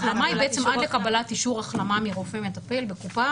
החלמה היא בעצם עד לקבלת החלמה מרופא מטפל בקופה.